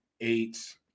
eight